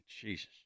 Jesus